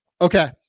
Okay